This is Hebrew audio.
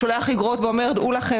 המשרד שולח אגרות ואומר: דעו לכם